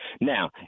Now